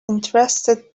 interested